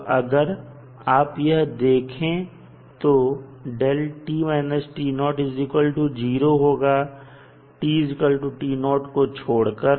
तो अगर आप यह देखें तो 0 होगा को छोड़कर